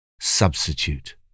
substitute